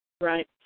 Right